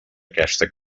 aquesta